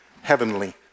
heavenly